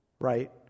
right